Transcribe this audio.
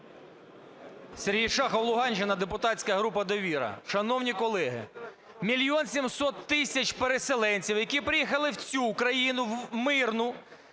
Сергій Шахов, Луганщина, депутатська група "Довіра". Шановні колеги, мільйон 700 тисяч переселенців, які приїхали в цю країну, мирну,